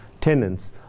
tenants